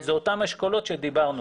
זה אותן אשכולות שדיברנו.